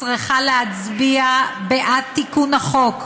צריכה להצביע בעד תיקון החוק,